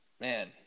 man